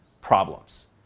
problems